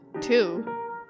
two